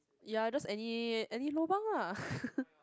ya just any any lobang lah